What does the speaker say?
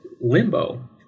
limbo